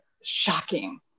shocking